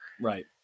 Right